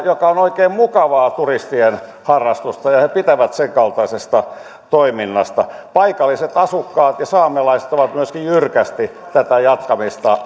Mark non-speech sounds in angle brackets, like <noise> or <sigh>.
joka on oikein mukavaa turistien harrastusta ja he pitävät senkaltaisesta toiminnasta paikalliset asukkaat ja saamelaiset ovat myöskin jyrkästi tätä jatkamista <unintelligible>